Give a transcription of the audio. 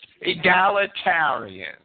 egalitarian